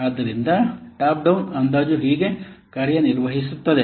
ಆದ್ದರಿಂದ top down ಅಂದಾಜು ಹೀಗೆ ಕಾರ್ಯನಿರ್ವಹಿಸುತ್ತದೆ